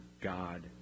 God